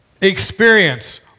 experience